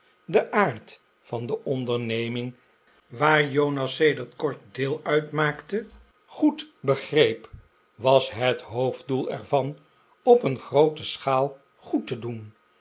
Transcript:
den aard van de onderneming waarvan jonas sedert kort deel uitmaakte goed begreep was het hoofddoel er van op een groote schaal goed te doen